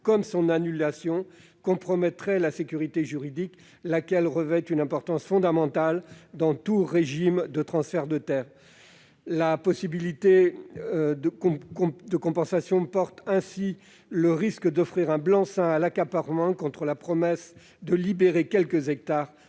comme son annulation, compromettraient la sécurité juridique, laquelle revêt une importance fondamentale dans tout régime de transfert de terres. Ainsi, la possibilité de compensation porte en elle le risque d'offrir un blanc-seing à l'accaparement, contre la promesse de libérer quelques hectares